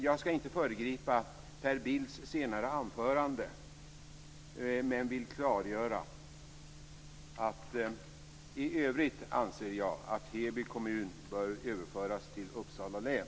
Jag skall inte föregripa Per Bills senare anförande men vill klargöra att jag i övrigt anser att